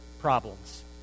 problems